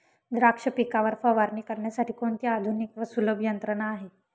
द्राक्ष पिकावर फवारणी करण्यासाठी कोणती आधुनिक व सुलभ यंत्रणा आहे?